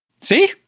See